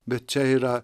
bet čia yra